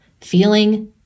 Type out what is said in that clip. feeling